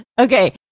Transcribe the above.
Okay